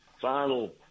final